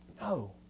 No